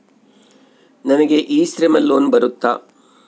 ನನಗೆ e Shram loan ಬರುತ್ತಾ?